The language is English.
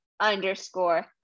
underscore